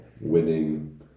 winning